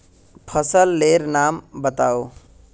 फसल लेर नाम बाताउ?